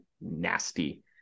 nasty